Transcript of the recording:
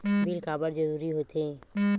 Bill काबर जरूरी होथे?